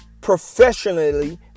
professionally